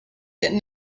that